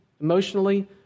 emotionally